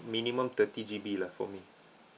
minimum thirty G_B lah for me